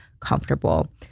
comfortable